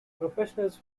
professionals